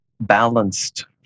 balanced